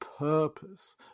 Purpose